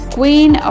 Queen